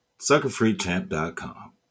SuckerFreeChamp.com